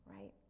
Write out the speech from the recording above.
right